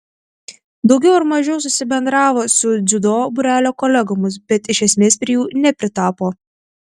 daugiau ar mažiau susibendravo su dziudo būrelio kolegomis bet iš esmės prie jų nepritapo